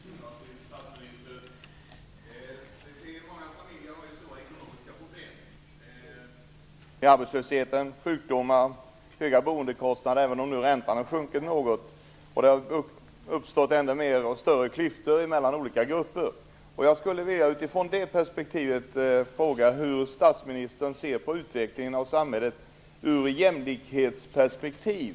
Fru talman! Många familjer har stora ekonomiska problem. Det är arbetslösheten, sjukdomar, höga boendekostnader - även om räntan nu har sjunkit något - och det har uppstått fler och större klyftor mellan olika grupper. Jag skulle utifrån den situationen vilja fråga hur statsministern ser på utvecklingen av samhället i jämlikhetsperspektiv.